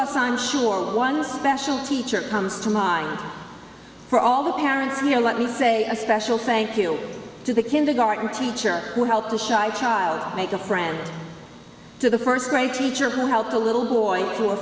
us i'm sure one special teacher comes to mind for all the parents here let me say a special thank you to the kindergarten teacher who helped a shy child make a friend to the first grade teacher who helped a little boy